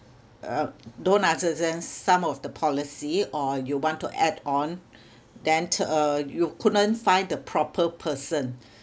uh don't understand some of the policy or you want to add on then uh you couldn't find the proper person